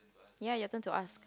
ya your turn to ask